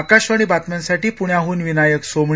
आकाशवाणी बातम्यांसाठी पुण्याहन विनायक सोमणी